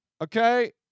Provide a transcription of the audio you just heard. Okay